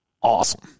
awesome